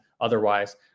otherwise